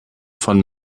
von